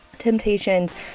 temptations